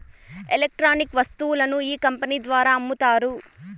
electronic వస్తువులను ఈ company ద్వారా అమ్ముతారు